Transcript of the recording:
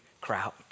crowd